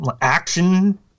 action